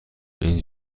این